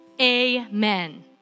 Amen